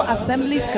Assembly